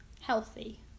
healthy